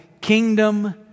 kingdom